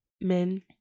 men